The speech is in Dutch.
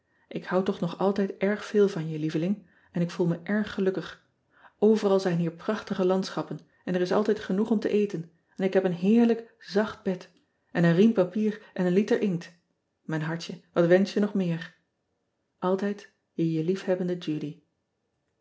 k hou toch nog altijd erg veel van je lieveling en ik voel me erg gelukkig veral zijn hier prachtige landschappen en er is altijd genoeg om te eten en ik heb een heerlijk zacht bed en een riem papier en een liter inkt ijn hartje wat wensch je nog meer ltijd e je liefhebbende udy